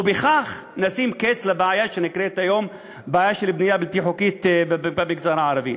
ובכך נשים קץ לבעיה שנקראת היום בעיה של בנייה בלתי חוקית במגזר הערבי.